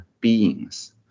Beings